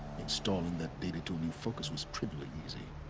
installing that data to a new focus was trivially easy.